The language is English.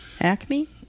Acme